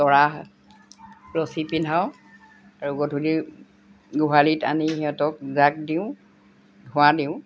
তৰা ৰছী পিন্ধাওঁ আৰু গধূলি গোহালিত আনি সিহঁতক জাক দিওঁ ধোৱা দিওঁ